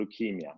leukemia